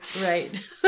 Right